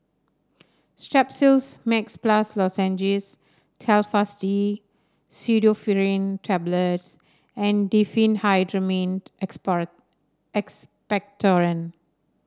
Strepsils Max Plus Lozenges Telfast D Pseudoephrine Tablets and Diphenhydramine Expectorant